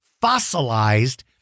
fossilized